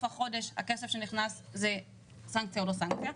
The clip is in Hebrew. החודש הכסף שנכנס זה סנקציה או לא סנקציה,